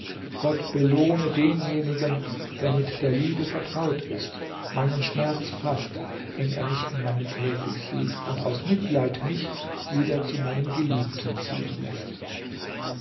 gott belohne denjenigen der mit der liebe vertraut ist meinen schmerz faßt wenn er mich in meinem käfig sieht und aus mitleid mich wieder zu meinem geliebten ziehen läßt